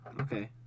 Okay